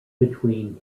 between